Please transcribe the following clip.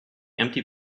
empty